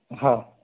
हा